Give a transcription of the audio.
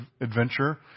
adventure